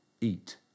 eat